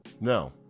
no